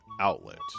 outlet